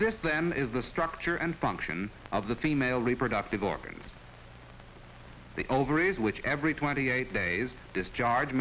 lamb is the structure and function of the female reproductive organs the ovaries which every twenty eight days discharge